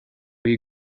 you